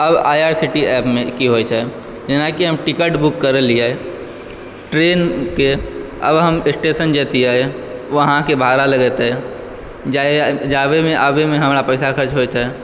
आब I R C T एपमे की होइ छै जेनाकि हम टिकट बुक करलिए ट्रेनके आब हम स्टेशन जेतिए वहाँके भाड़ा लगतिए जाइ जाबैमे आबैमे हमरा पैसा खर्च होइतए